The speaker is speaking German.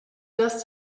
das